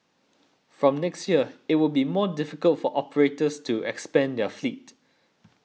from next year it will be more difficult for operators to expand their fleet